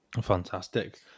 Fantastic